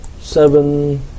seven